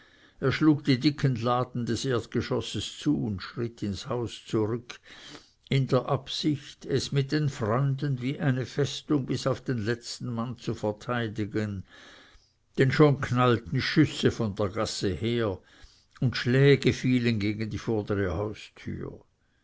er schlug die dicken laden des erdgeschosses zu und schritt ins haus zurück in der absicht es mit den freunden wie eine festung bis auf den letzten mann zu verteidigen denn schon knallten schüsse von der gasse her und schläge fielen gegen die vordere haustür